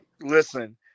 Listen